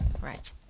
Right